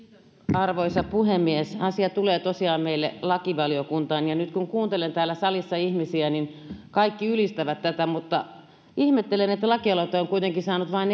arvoisa puhemies asia tulee tosiaan meille lakivaliokuntaan nyt kun kuuntelen täällä salissa ihmisiä niin kaikki ylistävät tätä mutta ihmettelen että lakialoite on kuitenkin saanut vain